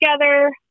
together